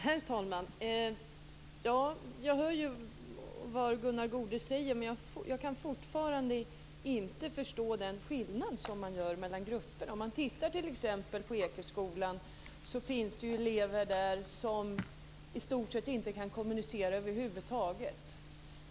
Herr talman! Jag hör vad Gunnar Goude säger, men jag kan fortfarande inte förstå den skillnad han gör mellan grupperna. På Ekeskolan finns elever som i stort sett inte kan kommunicera.